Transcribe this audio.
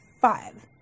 Five